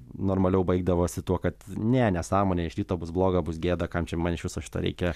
normaliau baigdavosi tuo kad ne nesąmonė iš ryto bus bloga bus gėda kam čia man iš viso šito reikia